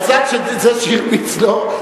הצד של זה שהרביצו לו,